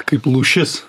kaip lūšis